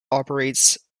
operates